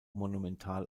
monumental